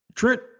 Trent